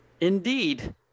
indeed